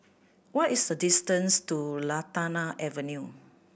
what is the distance to Lantana Avenue